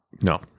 No